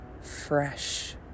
fresh